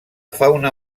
fauna